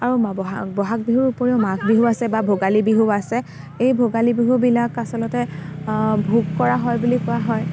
আৰু বহাগ বিহুৰ উপৰিও মাঘ বিহু আছে বা ভোগালী বিহু আছে এই ভোগালী বিহুবিলাক আচলতে ভোগ কৰা হয় বুলি কোৱা হয়